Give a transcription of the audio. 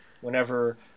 Whenever